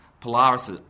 Polaris